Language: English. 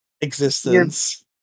existence